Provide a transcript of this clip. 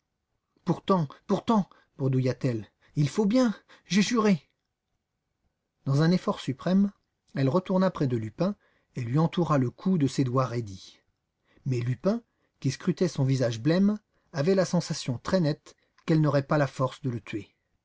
pourtant pourtant bredouilla t elle il faut bien j'ai juré dans un effort suprême elle retourna près de lupin et lui entoura le cou de ses doigts raidis mais lupin qui scrutait son visage blême avait la sensation très nette qu'elle n'aurait pas la force de le tuer